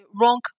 wrong